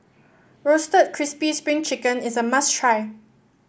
Roasted Crispy Spring Chicken is a must try